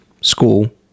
school